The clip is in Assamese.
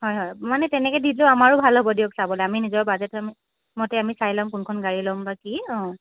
হয় হয় মানে তেনেকৈ দি দিলেও আমাৰো ভাল হ'ব দিয়ক চাবলৈ আমি নিজৰ বাজেটৰ মতে আমি চাই ল'ম কোনখন গাড়ী ল'ম বা কি অ'